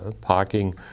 parking